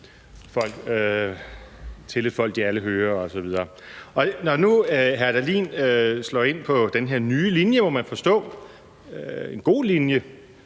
»Til et folk de alle hører ...« osv. Og når nu hr. Morten Dahlin slår ind på den her nye linje, må man forstå – en god linje